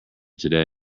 today